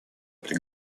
при